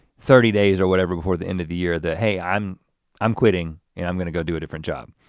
thirty days or whatever before the end of the year that hey, i'm i'm quitting and i'm gonna go do a different job.